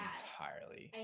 entirely